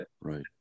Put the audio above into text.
Right